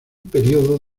periodo